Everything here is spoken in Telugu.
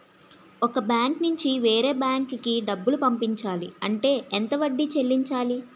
ఒక బ్యాంక్ నుంచి వేరే బ్యాంక్ కి డబ్బులు పంపించాలి అంటే ఎంత వడ్డీ చెల్లించాలి?